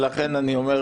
אנחנו,